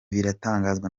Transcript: biratangazwa